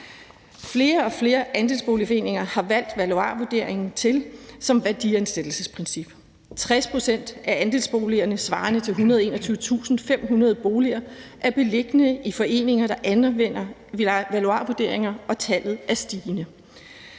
Flere og flere andelsboligforeninger har valgt valuarvurdering til som værdiansættelsesprincip. 60 pct. af andelsboligerne svarende til 121.500 boliger er beliggende i foreninger, der anvender valuarvurderinger, og tallet er stigende.